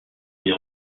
les